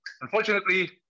unfortunately